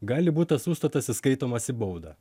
gali būt tas užstatas įskaitomas į baudą